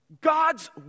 God's